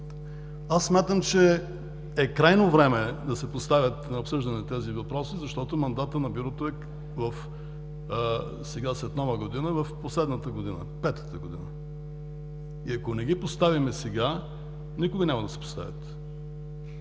Аз смятам, че е крайно време да се поставят на обсъждане тези въпроси, защото мандатът на Бюрото сега, след Нова година, е в последната пета година. И ако не ги поставим сега, никога няма да се поставят.